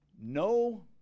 No